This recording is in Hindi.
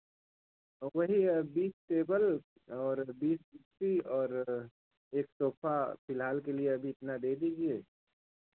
तो वही है बीस टेबल और बीस कुर्सी और एक सोफ़ा फ़िलहाल के लिए अभी इतना दे दीजिए